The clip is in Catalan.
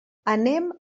anem